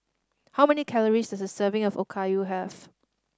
how many calories does a serving of Okayu have